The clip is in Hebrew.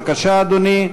בבקשה, אדוני.